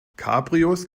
cabrios